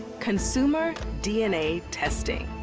consumer dna testing.